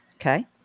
Okay